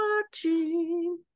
watching